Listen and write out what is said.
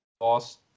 lost